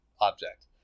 object